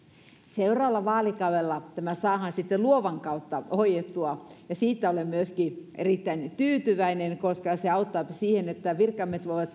seuraavalla vaalikaudella tämä saadaan sitten luovan kautta hoidettua ja siitä olen myöskin erittäin tyytyväinen koska se auttaa siihen että virkamiehet voivat